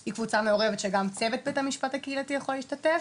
היא קבוצה מעורבת שגם צוות בית המשפט הקהילתי יכול להשתתף,